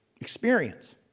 experience